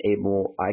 able –